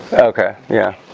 okay, yeah